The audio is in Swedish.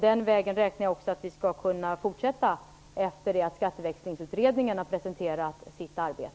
Den vägen räknar jag också med att vi skall kunna fortsätta gå efter det att Skatteväxlingsutredningen presenterat sitt arbete.